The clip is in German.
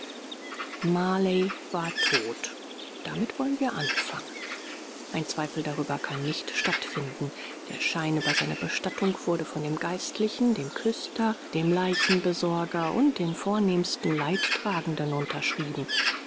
marley war tot damit wollen wir anfangen ein zweifel darüber kann nicht stattfinden der schein über seine bestattung wurde von dem geistlichen dem küster dem leichenbesorger und den vornehmsten leidtragenden unterschrieben